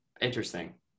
interesting